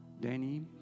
Danny